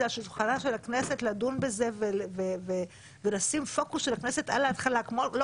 על שולחנה של הכנסת ולדון בזה ולשים פוקוס של הכנסת על ההתחלה ולא